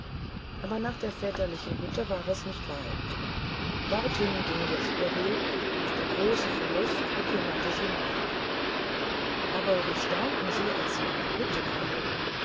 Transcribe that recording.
aber nach der väterlichen hütte war es nicht weit dorthin ging jetzt ihr weg und der große verlust bekümmerte sie nicht aber wie staunten sie als sie an die hütte kamen